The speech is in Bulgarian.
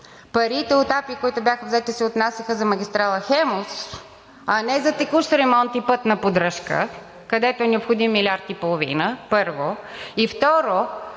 Парите от АПИ, които бяха взети, се отнасяха за магистрала „Хемус“, а не за текущ ремонт и пътна поддръжка, където е необходим милиард и половина, първо, и второ,